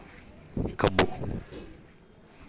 ಕಬ್ಬಿಣದ ಅಂಶ ಇರೋ ಕೆಂಪು ಮಣ್ಣಿನಲ್ಲಿ ಹೆಚ್ಚು ಬೆಳೆ ಯಾವುದು ಬೆಳಿಬೋದು?